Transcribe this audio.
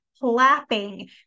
Clapping